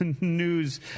news